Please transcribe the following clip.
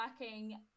working